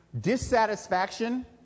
Dissatisfaction